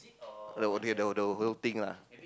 the whole thing the the whole thing lah